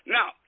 Now